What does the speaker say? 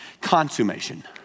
consummation